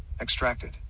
extracted